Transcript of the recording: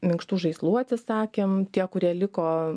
minkštų žaislų atsisakėm tie kurie liko